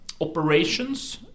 operations